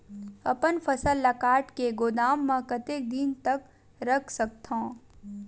अपन फसल ल काट के गोदाम म कतेक दिन तक रख सकथव?